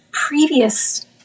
Previous